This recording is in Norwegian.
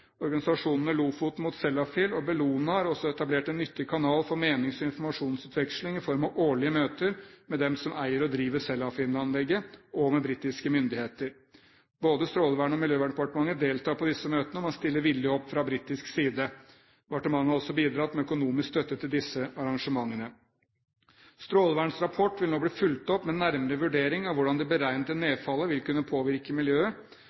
Organisasjonene «Lofoten mot Sellafield» og Bellona har også etablert en nyttig kanal for menings- og informasjonsutveksling i form av årlige møter med dem som eier og driver Sellafield-anlegget, og med britiske myndigheter. Både Strålevernet og Miljøverndepartementet deltar på disse møtene, og man stiller villig opp fra britisk side. Departementet har også bidratt med økonomisk støtte til disse arrangementene. Strålevernets rapport vil nå bli fulgt opp med nærmere vurdering av hvordan det beregnede nedfallet vil kunne påvirke miljøet.